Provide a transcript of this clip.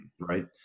right